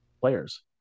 players